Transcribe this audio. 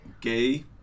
gay